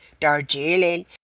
Darjeeling